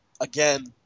again